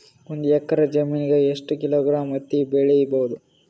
ಒಂದ್ ಎಕ್ಕರ ಜಮೀನಗ ಎಷ್ಟು ಕಿಲೋಗ್ರಾಂ ಹತ್ತಿ ಬೆಳಿ ಬಹುದು?